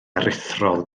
aruthrol